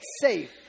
safe